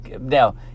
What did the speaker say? Now